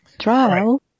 Trial